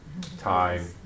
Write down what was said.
time